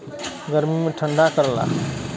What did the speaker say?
गर्मी मे ठंडा करला